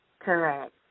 Correct